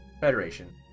Federation